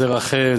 זה רח"ל,